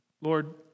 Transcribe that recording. Lord